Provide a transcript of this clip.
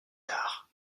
tard